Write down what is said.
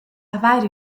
avair